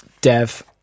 Dev